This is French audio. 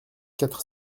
quatre